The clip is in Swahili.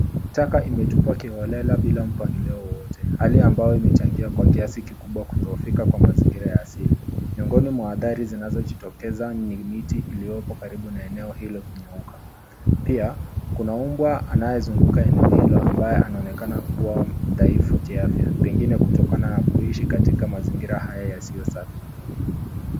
Taka imetupwa kiholela bila mpangilio wowote. Hali ambayo imechangia kwa kiasi kikubwa kudhoofika kwa mazingira asili. Miongoni mwa hadhari zinazojitokeza ni miti iliopo karibu na eneo hilo kukauka. Pia kuna umbwa anayezunguka eneo hilo ambaye anaonekana kuwa mdhaifu kiafya pengine kutokana na kuishi katika mazingira haya yasiyo safi.